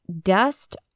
Dust